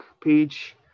page